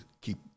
keep